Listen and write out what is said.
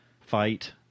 fight